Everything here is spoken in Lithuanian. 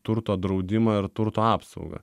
turto draudimą ir turto apsaugą